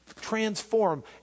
Transform